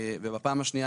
ובפעם השנייה,